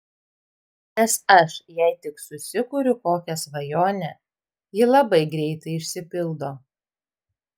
nes aš jei tik susikuriu kokią svajonę ji labai greitai išsipildo